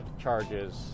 charges